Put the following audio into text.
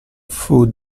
fous